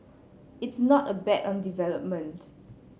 it's not a bet on development